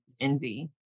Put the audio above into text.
envy